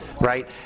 right